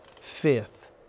Fifth